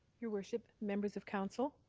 your worship, members of council.